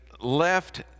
left